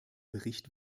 bericht